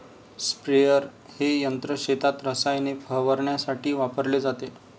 sprayer हे यंत्र शेतात रसायने फवारण्यासाठी वापरले जाते